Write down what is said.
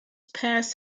past